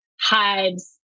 hives